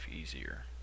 easier